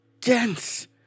dense